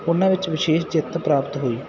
ਉਹਨਾਂ ਵਿੱਚ ਵਿਸ਼ੇਸ਼ ਜਿੱਤ ਪ੍ਰਾਪਤ ਹੋਈ